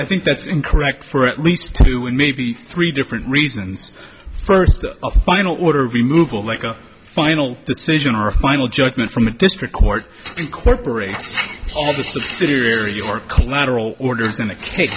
i think that's incorrect for at least two maybe three different reasons first a final order of removal like a final decision or a final judgment from the district court incorporates all the subsidiary you are collateral orders in the case